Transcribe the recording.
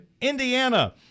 Indiana